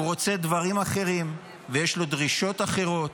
הוא רוצה דברים אחרים, יש לו דרישות אחרות,